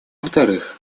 вторых